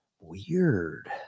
Weird